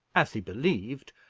as he believed,